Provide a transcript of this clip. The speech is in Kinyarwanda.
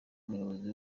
umuyobozi